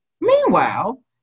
Meanwhile